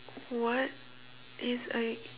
what is a